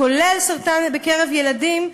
כולל סרטן בקרב ילדים.